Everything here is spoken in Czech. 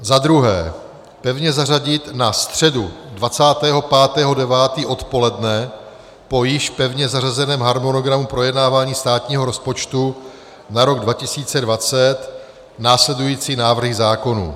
Za druhé pevně zařadit na středu 25. 9. odpoledne po již pevně zařazeném harmonogramu projednávání státního rozpočtu na rok 2020 následující návrhy zákonů: